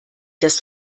das